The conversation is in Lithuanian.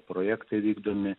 projektai vykdomi